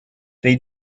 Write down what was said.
they